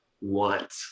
want